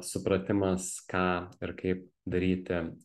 supratimas ką ir kaip daryti